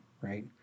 Right